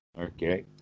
Okay